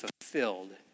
fulfilled